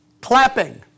clapping